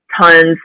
tons